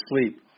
sleep